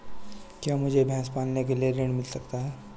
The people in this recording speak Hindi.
क्या मुझे भैंस पालने के लिए ऋण मिल सकता है?